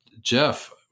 Jeff